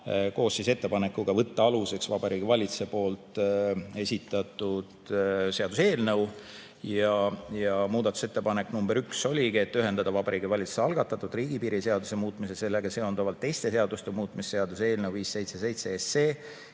koos ettepanekuga võtta aluseks Vabariigi Valitsuse esitatud seaduseelnõu. Muudatusettepanek nr 1 oligi see, et ühendada Vabariigi Valitsuse algatatud riigipiiri seaduse muutmise ja sellega seonduvalt teiste seaduste muutmise seaduse eelnõu 577 ja